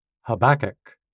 Habakkuk